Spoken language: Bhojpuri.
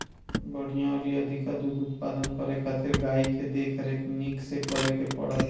बढ़िया अउरी अधिका दूध उत्पादन करे खातिर गाई के देख रेख निक से करे के पड़त हवे